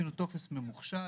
עשינו טופס ממוחשב,